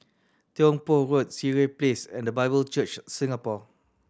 Tiong Poh Road Sireh Place and The Bible Church Singapore